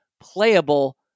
playable